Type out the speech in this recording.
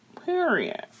Period